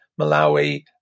Malawi